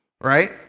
Right